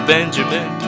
Benjamin